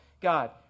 God